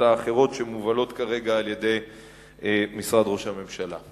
האחרות שמובלות כרגע על-ידי משרד ראש הממשלה.